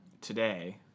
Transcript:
today